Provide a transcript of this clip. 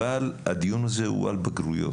אבל הדיון הזה הוא על בגרויות,